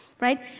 right